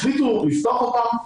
החליטו לפתוח אותן,